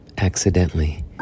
Accidentally